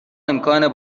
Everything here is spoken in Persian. امکان